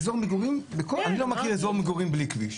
אזור מגורים, אני לא מכיר אזור מגורים בלי כביש.